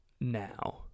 now